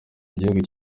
igihugu